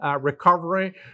recovery